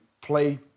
play